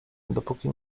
dopóki